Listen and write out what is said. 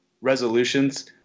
resolutions